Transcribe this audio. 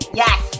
yes